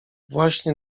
właśnie